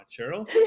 Cheryl